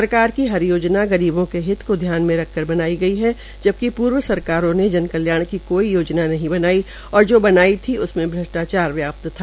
सरकार की हर योजना गरीबों के हित को ध्यान में रख बनाई गई जबकि पूर्व सरकारें ने जनकल्याण की कोई योजना नही नहीं बनाई और जो बनाई भ्जी उसमें भ्रष्टाचार प्याप्त था